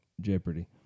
Jeopardy